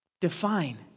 define